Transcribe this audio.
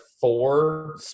four